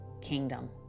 kingdom